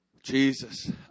Jesus